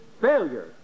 failure